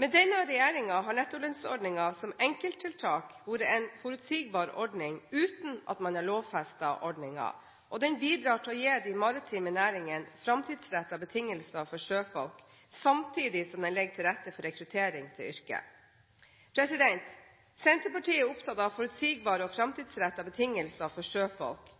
Med denne regjeringen har nettolønnsordningen som enkelttiltak vært en forutsigbar ordning uten at man har lovfestet ordningen, og den bidrar til å gi de maritime næringene framtidsrettede betingelser for sjøfolk, samtidig som den legger til rette for rekruttering til yrket. Senterpartiet er opptatt av forutsigbare og framtidsrettede betingelser for sjøfolk,